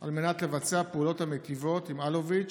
על מנת לבצע פעולות המטיבות עם אלוביץ'